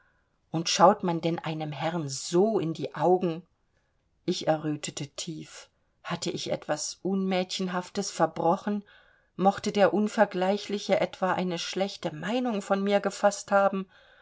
und schaut man denn einem herrn so in die augen ich errötete tief hatte ich etwas unmädchenhaftes verbrochen mochte der unvergleichliche etwa eine schlechte meinung von mir gefaßt haben